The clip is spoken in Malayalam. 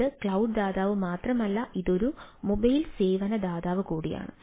ഇത് ക്ലൌഡ് ദാതാവ് മാത്രമല്ല ഇത് ഒരു മൊബൈൽ സേവന ദാതാവ് കൂടിയാണ്